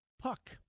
puck